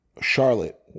Charlotte